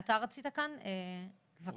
אתה רצית לשאול, בבקשה.